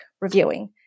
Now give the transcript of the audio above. reviewing